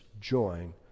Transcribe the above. join